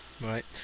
right